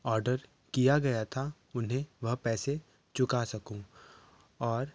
order किया गया था उन्हें वह पैसे चुका सकूँ और